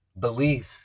beliefs